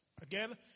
Again